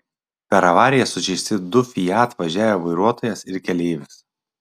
per avariją sužeisti du fiat važiavę vairuotojas ir keleivis